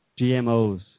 GMOs